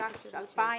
התש"ס 2001,